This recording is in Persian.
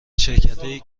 شرکتهایی